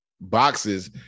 boxes